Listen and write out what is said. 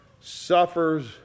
suffers